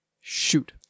Shoot